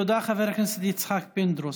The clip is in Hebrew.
תודה, חבר הכנסת יצחק פינדרוס.